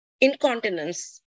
incontinence